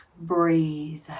Breathe